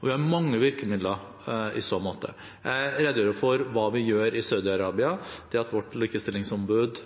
og vi har mange virkemidler i så måte. Jeg redegjorde for hva vi gjør i Saudi-Arabia, det at vårt likestillingsombud